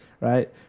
right